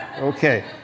okay